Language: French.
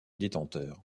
détenteur